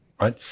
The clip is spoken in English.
right